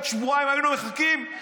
שבועיים היינו מחכים,